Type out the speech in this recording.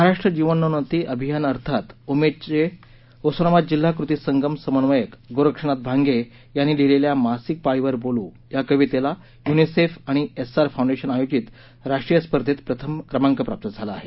महाराष्ट्र जीवनोन्नती अभियान अर्थात उमेदचे उस्मानाबाद जिल्हा कृती संगम समन्वयक गोरक्षनाथ भांगे यांनी लिहिलेल्या मासिक पाळीवर बोलू या कवितेला युनिसेफ आणि एस्सार फाउंडेशन आयोजित राष्ट्रीय स्पर्धेत प्रथम क्रमांक प्राप्त झाला आहे